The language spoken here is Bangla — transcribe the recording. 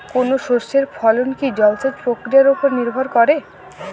কোনো শস্যের ফলন কি জলসেচ প্রক্রিয়ার ওপর নির্ভর করে?